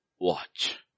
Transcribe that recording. watch